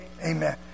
Amen